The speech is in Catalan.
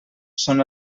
són